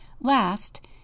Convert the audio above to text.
Last